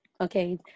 okay